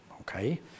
okay